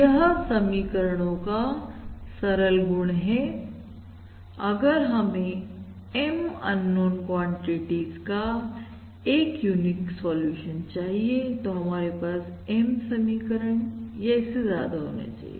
यह समीकरणों का सरल गुण है अगर हमें M अननोन क्वांटिटीज का एक यूनिक सॉल्यूशन चाहिए तो हमारे पास M समीकरण या इससे ज्यादा होने चाहिए